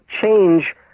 change